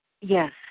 Yes